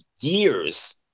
years